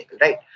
right